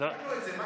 מה קרה לך?